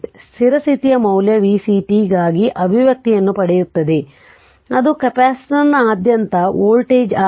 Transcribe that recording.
ಸ್ಥಿರ ಸ್ಥಿತಿಯ ಮೌಲ್ಯ vc t ಗಾಗಿ ಅಭಿವ್ಯಕ್ತಿಯನ್ನು ಪಡೆಯುತ್ತದೆ ಅದು ಕೆಪಾಸಿಟರ್ನಾದ್ಯಂತ ವೋಲ್ಟೇಜ್ ಆಗಿದೆ